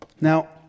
Now